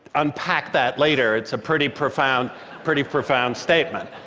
unpack that later. it's a pretty profound pretty profound statement.